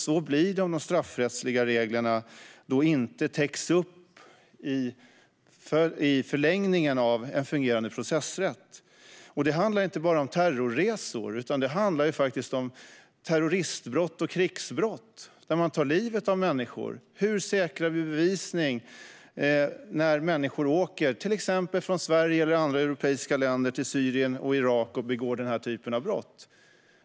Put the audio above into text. Så blir det om de straffrättsliga reglerna inte täcks upp i förlängningen av en fungerande processrätt. Det handlar inte bara om terrorresor, utan det handlar faktiskt om terroristbrott och krigsbrott, där man tar livet av människor. Hur säkrar vi bevisning när människor åker till exempel från Sverige eller andra europeiska länder till Syrien och Irak och begår den här typen av brott?